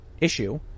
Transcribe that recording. issue